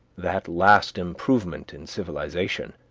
that last improvement in civilization